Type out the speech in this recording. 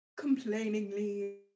complainingly